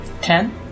Ten